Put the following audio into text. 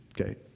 Okay